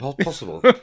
possible